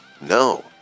no